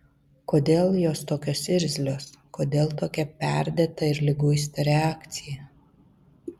kodėl jos tokios irzlios kodėl tokia perdėta ir liguista reakcija